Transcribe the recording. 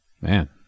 Man